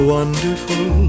wonderful